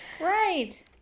right